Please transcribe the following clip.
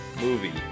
Movie